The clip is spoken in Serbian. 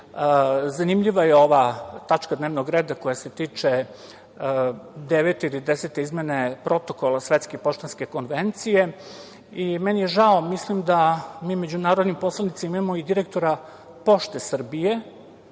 zanimljiva je ova tačka dnevnog reda koja se tiče devete ili desete izmene Protokola Svetske poštanske konvencije. Meni je žao, mislim da mi međunarodni poslanici imamo i direktora „Pošte Srbije“,